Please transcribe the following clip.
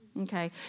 Okay